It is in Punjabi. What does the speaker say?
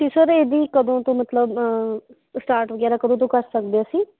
ਅਤੇ ਸਰ ਅਸੀਂ ਕਦੋਂ ਤੋਂ ਮਤਲਵ ਸਟਾਰਟ ਵਗੈਰਾ ਕਦੋਂ ਤੋਂ ਕਰ ਸਕਦੇ ਅਸੀਂ